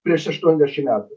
prieš aštuoniasdešim metų